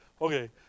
okay